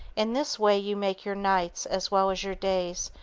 in this way you make your nights, as well as your days,